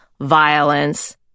violence